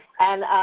and